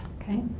Okay